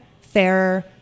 fairer